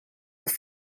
have